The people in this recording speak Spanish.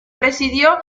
presidió